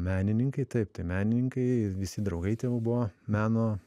menininkai taip tai menininkai visi draugai tėvų buvo meno